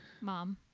mom